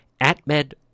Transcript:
AtMed